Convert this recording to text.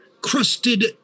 crusted